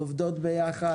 עובדות ביחד,